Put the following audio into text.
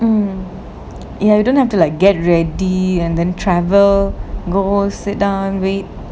mm ya you don't have to like get ready and then travel go sit down wait